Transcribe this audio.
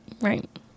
right